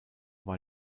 war